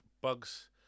bugs